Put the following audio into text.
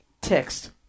text